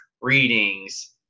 readings